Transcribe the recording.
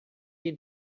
you